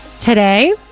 today